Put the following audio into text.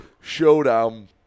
showdown